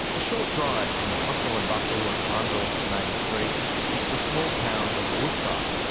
a short drive from the hustle and bustle of hahndorf's main street is the small town of woodside.